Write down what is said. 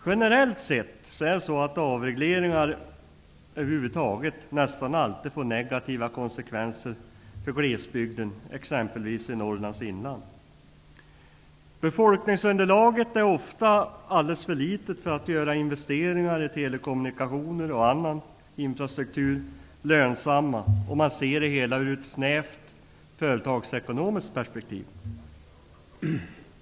Generellt får avreglering nästan alltid negativa konsekvenser för glesbygden, t.ex. i Befolkningsunderlaget är ofta alldeles för litet för att göra investeringar i telekommunikationer och annan infrastruktur lönsamma, om man ser det hela i ett snävt företagsekonomiskt perspektiv.